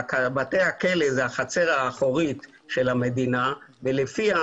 שבתי הכלא הם החצר האחורית של המדינה ולפיה